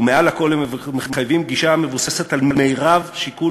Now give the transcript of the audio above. ומעל לכול הם מחייבים גישה המבוססת על מרב שיקול